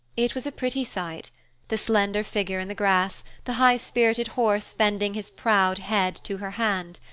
it was a pretty sight the slender figure in the grass, the high-spirited horse bending his proud head to her hand.